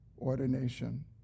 ordination